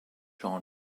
sean